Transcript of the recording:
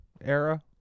era